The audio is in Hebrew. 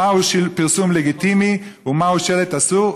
מהו פרסום לגיטימי ומהו שלט אסור,